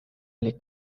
oli